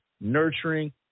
nurturing